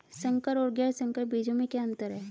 संकर और गैर संकर बीजों में क्या अंतर है?